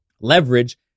leverage